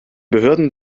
behörden